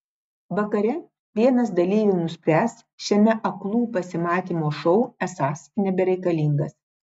vakare vienas dalyvių nuspręs šiame aklų pasimatymų šou esąs nebereikalingas